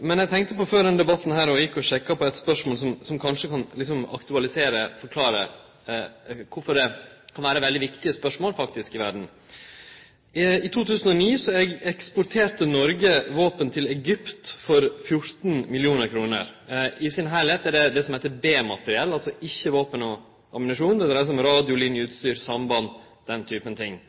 Men før denne debatten tenkte eg på – og gjekk og sjekka – eit spørsmål som kanskje kan aktualisere, forklare kvifor dette faktisk kan vere veldig viktige spørsmål for verda: I 2009 eksporterte Noreg våpen til Egypt for 14 mill. kr. I sin heilskap er det det som heiter B-materiell, altså ikkje våpen og ammunisjon, men det dreier seg om radiolineutstyr, samband og den typen ting.